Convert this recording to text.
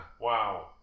Wow